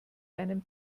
einem